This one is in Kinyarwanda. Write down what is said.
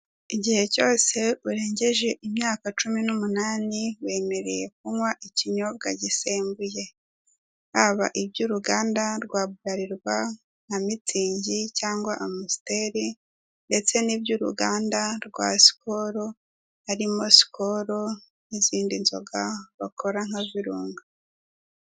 Iguhe cyose urengeje imyaka cumi n'umunani wemerewe kunywa ikinyobwa gisembuye. Haba iby'urugamda rwa burarirwa nka mitsingi cangwa amusiteri ndetse n'iby'uruganda rwa sikoru harimo sikoro n'izindi nzoga bakora nka virunga.